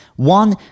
One